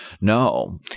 No